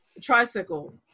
tricycle